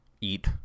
eat